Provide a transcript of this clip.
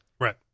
Right